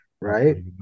right